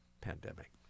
pandemic